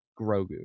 Grogu